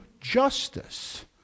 justice